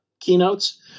keynotes